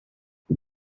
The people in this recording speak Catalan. per